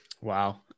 Wow